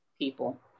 people